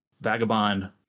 vagabond